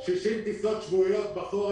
60 טיסות שבועיות בחורף,